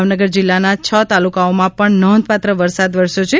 ભાવનગર જિલ્લાના છ તાલુકાઓમાં પણ નોંધપાત્ર વરસાદ વરસ્યો છે